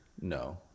No